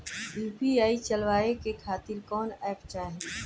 UPI चलवाए के खातिर कौन एप चाहीं?